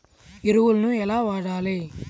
ఎరువులను ఎలా వాడాలి?